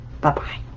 bye-bye